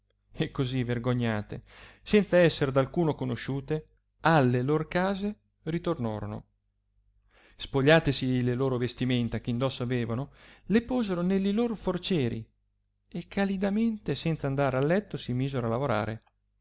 e così vergognate senza esser d alcuno conosciute alle lor case ritornorono spogliatesi le loro vestimenta che indosso avevano le posero nelli lor forcieri e calidamente senza andar al letto si misero a lavorare